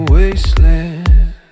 Wasteland